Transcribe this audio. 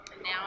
Now